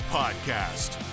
podcast